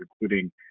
including